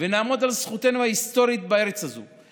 ונעמוד על זכותנו ההיסטורית בארץ הזו,